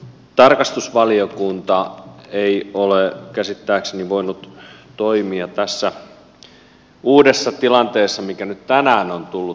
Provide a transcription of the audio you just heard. tarkastusvaliokunta ei ole käsittääkseni voinut toimia tässä uudessa tilanteessa mikä nyt tänään on tullut